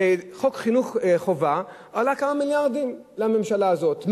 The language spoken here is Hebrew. חוק חינוך חובה עלה כמה מיליארדים לממשלה הזאת.